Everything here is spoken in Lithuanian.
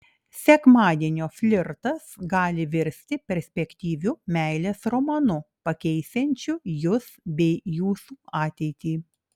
sekmadienio flirtas gali virsti perspektyviu meilės romanu pakeisiančiu jus bei jūsų ateitį